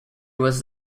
was